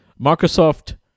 Microsoft